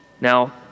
Now